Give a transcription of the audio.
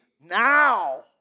now